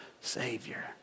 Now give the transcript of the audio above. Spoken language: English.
savior